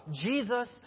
Jesus